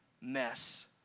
mess